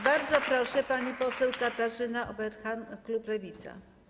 Bardzo proszę, pani poseł Katarzyna Ueberhan, klub Lewica.